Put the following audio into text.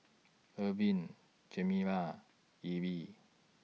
Irven Chimere Elby